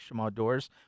Outdoors